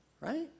Right